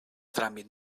tràmit